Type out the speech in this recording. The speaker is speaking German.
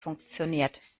funktioniert